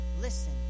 listen